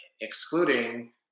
excluding